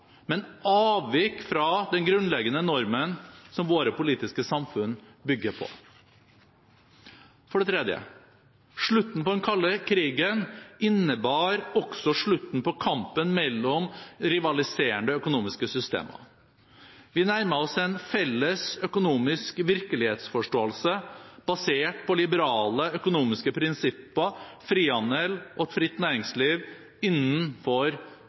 men avvik fra den grunnleggende normen som våre politiske samfunn bygger på. For det tredje: Slutten på den kalde krigen innebar også slutten på kampen mellom rivaliserende økonomiske systemer. Vi nærmet oss en felles økonomisk virkelighetsforståelse basert på liberale økonomiske prinsipper, frihandel og et fritt næringsliv, innenfor